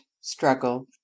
struggle